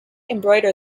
embroider